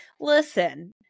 listen